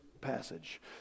passage